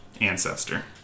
ancestor